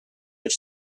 have